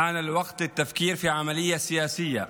הגיע הזמן לחשוב על הליך פוליטי אשר